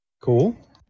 Cool